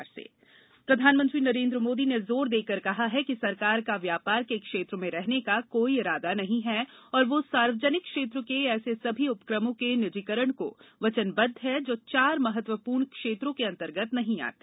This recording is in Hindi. पीएम निजीकरण प्रधानमंत्री नरेन्द्र मोदी ने जोर देकर कहा है कि सरकार का व्यापार के क्षेत्र में रहने का कोई इरादा नहीं है और वह सार्वजनिक क्षेत्र के ऐसे सभी उपक्रमों के निजीकरण को वचनबद्व है जो चार महत्वपूर्ण क्षेत्रों के अंतर्गत नहीं आते